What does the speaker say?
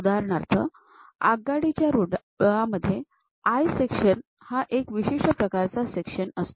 उदाहरणार्थ आगगाडी च्य रुळामध्ये आय सेक्शन हा एक विशिष्ट प्रकारचा सेक्शन असतो